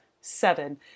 seven